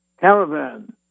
Caravan